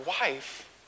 wife